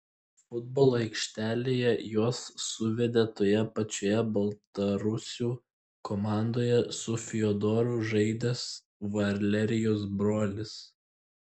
futbolo aikštelėje juos suvedė toje pačioje baltarusių komandoje su fiodoru žaidęs valerijos brolis